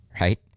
right